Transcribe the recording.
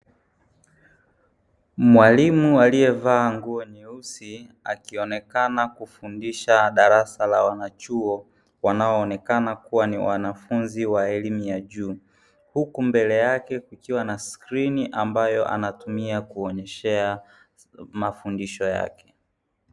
Mwalimu aliyevaa nguo nyeusi akionekana kufundisha darasa la wanachuo wanaoonekana kuwa ni wanafunzi wa elimu ya juu, huku mbele yake kukiwa skrini ambayo anatumia kuonyeshea mafundisho yake.